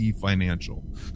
Financial